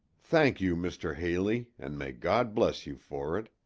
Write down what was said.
thank you, mr. haley, and may god bless you for it.